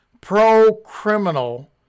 pro-criminal